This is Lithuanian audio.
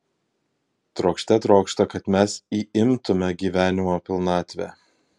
trokšte trokšta kad mes įimtume gyvenimo pilnatvę